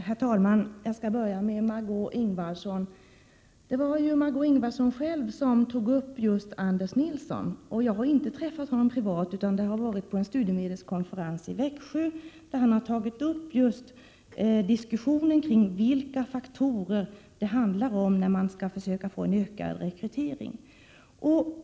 Herr talman! Jag skall börja med Margöé Ingvardsson. Det var Margö Ingvardsson själv som nämnde Anders Nilsson. Jag har inte träffat honom privat utan på en studiemedelskonferens i Växjö, där han tog upp diskussionen om vilka faktorer som är betydelsefulla för möjligheterna till en ökad rekrytering.